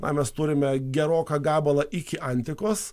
na mes turime geroką gabalą iki antikos